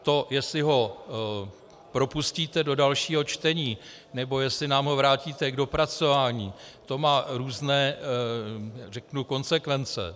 To, jestli ho propustíte do dalšího čtení, nebo jestli nám ho vrátíte k dopracování, to má různé konsekvence.